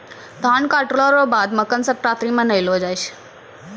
धान काटला रो बाद मकरसंक्रान्ती मानैलो जाय छै